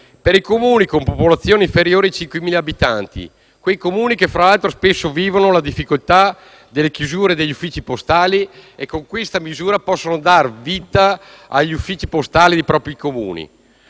per i Comuni con popolazione inferiore a 5.000 abitanti, quei Comuni che spesso vivono la difficoltà delle chiusure degli uffici postali, che con questa misura possono dar vita agli uffici postali nei propri Comuni.